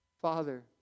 Father